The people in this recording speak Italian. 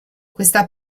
questa